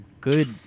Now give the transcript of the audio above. good